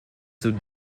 south